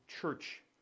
church